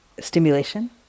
stimulation